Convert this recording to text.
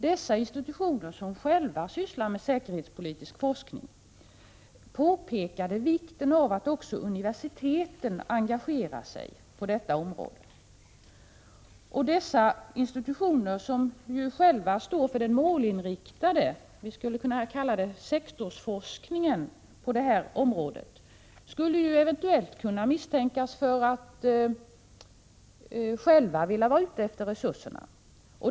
Dessa institutioner, som själva bedriver säkerhetspolitisk forskning, påpekade vikten av att också universiteten engagerar sig på detta område. Dessa institutioner, som ju själva står för den målinriktade forskningen på detta område — vi skulle kunna kalla den sektorsforskningen — skulle eventuellt kunna misstänkas för att själva vara ute efter resurserna.